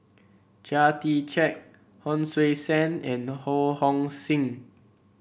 Chia Tee Chiak Hon Sui Sen and Ho Hong Sing